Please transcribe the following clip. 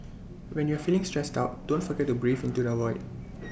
when you are feeling stressed out don't forget to breathe into the void